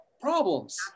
problems